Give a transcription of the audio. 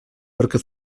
perquè